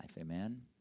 Amen